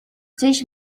teach